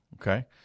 Okay